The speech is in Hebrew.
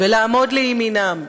ולעמוד לימינם,